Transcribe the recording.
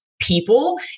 people